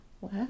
Wow